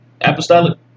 Apostolic